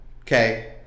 Okay